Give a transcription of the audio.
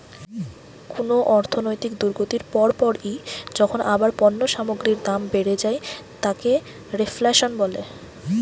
কুনো অর্থনৈতিক দুর্গতির পর পরই যখন আবার পণ্য সামগ্রীর দাম বেড়ে যায় তাকে রেফ্ল্যাশন বলে